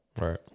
Right